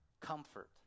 comfort